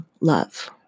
love